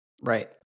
Right